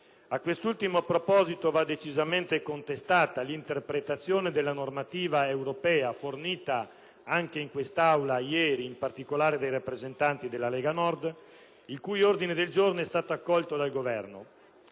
A quest'ultimo proposito va decisamente contestata l'interpretazione della normativa europea fornita anche in quest'Aula ieri, in particolare dai rappresentanti della Lega Nord, il cui ordine del giorno è stato accolto dal Governo.